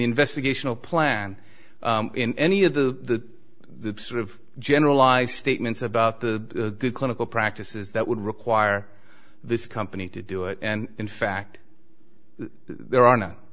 investigation or plan in any of the the sort of generalized statements about the clinical practices that would require this company to do it and in fact there are no